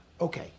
Okay